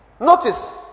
notice